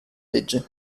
legge